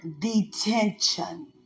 detention